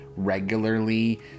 regularly